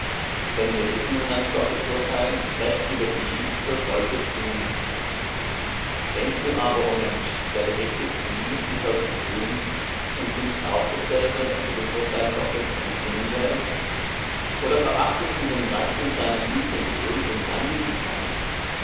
denn wir wissen daß gottes urteil ist recht über die so solches tun denkst du aber o mensch der du richtest die die solches tun und tust auch dasselbe daß du dem urteil gottes entrinnen werdest oder verachtest du den reichtum seiner güte geduld und